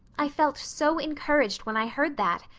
i felt so encouraged when i heard that.